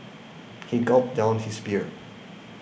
he gulped down his beer